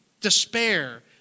despair